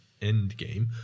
Endgame